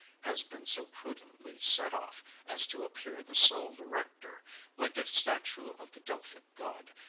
has been so prudently set off as to appear the sole director like the statue of the delphic god,